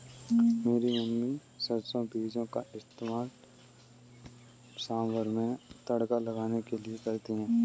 मेरी मम्मी सरसों बीजों का इस्तेमाल सांभर में तड़का लगाने के लिए करती है